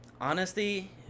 Honesty